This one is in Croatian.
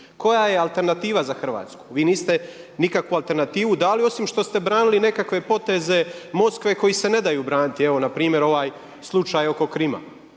koja je alternativa za Hrvatsku. Vi niste nikakvu alternativu dali osim što ste branili nekakve poteze Moskve koji se ne daju braniti. Evo na primjer ovaj slučaj oko Krima.